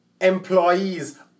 employees